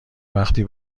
وقتی